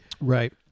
Right